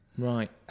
Right